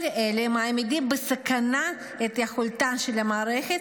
כל אלה מעמידים בסכנה את יכולתה של המערכת